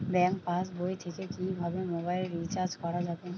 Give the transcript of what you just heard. Bank পাশবই থেকে কিভাবে মোবাইল রিচার্জ করা যাবে?